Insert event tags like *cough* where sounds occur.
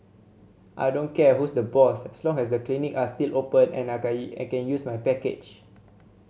I don't care who's the boss as long as the clinic are still open and I can *unintelligible* I can use my package